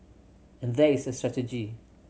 and there is a strategy